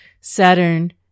Saturn